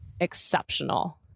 Exceptional